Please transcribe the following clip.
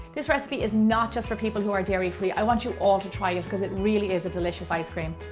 this recipe is not just for people who are dairy free. i want you all to try it because it really is a delicious ice cream.